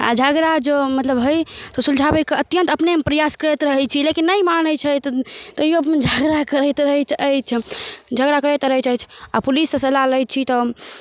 आओर झगड़ा जँ मतलब होि तऽ सुलझाबैके अत्यंत अपनेमे प्रयास करैत रहै छी लेकिन नहि मानै छथि तैयो झगड़ा करैत रहै अछि झगड़ा करैत रहै अछि आओर पुलिससँ सलाह लै छी तऽ